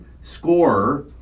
scorer